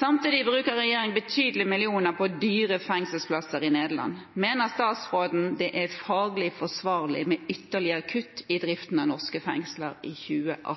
Samtidig bruker regjeringen betydelige millioner på dyre fengselsplasser i Nederland. Mener statsråden det er faglig forsvarlig med ytterligere kutt i driften av norske fengsler i 2018?»